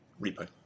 repo